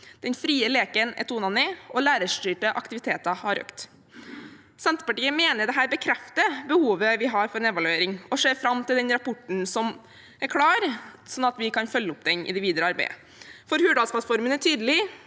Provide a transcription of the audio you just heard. Den frie leken er tonet ned, og lærerstyrte aktiviteter har økt.» Senterpartiet mener at dette bekrefter behovet vi har for en evaluering, og vi ser fram til at rapporten blir klar, slik at vi kan følge den opp i det videre arbeidet. Hurdalsplattformen er tydelig: